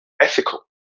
ethical